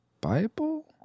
Bible